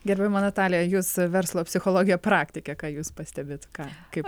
gerbiama natalija jūs verslo psichologė praktikė ką jūs pastebit ką kaip